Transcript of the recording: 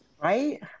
Right